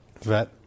vet